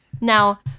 Now